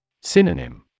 Synonym